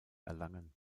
erlangen